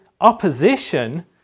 opposition